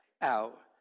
out